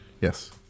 Yes